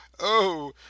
Oh